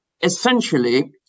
essentially